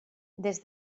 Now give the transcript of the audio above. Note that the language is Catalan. des